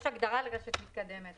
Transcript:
יש הגדרה לרשת מתקדמת.